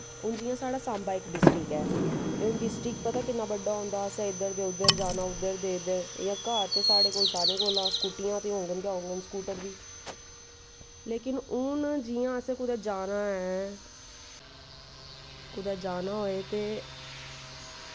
हून जि'यां साढ़ा सांबा इक डिस्टिक ऐ हून डिस्टिक पता किन्ना बड्डा होंदा असें इद्धर दे उद्धर जाना उद्धर इद्धर इ'यां घर ते साढ़े कोल स्कूटियां होङन गै होंङन स्कूटर बी लेकिन हून जि'यां असें कुतै जाना ऐ कुदै जाना होए ते